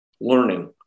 learning